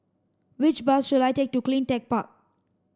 which bus should I take to CleanTech Park